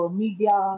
media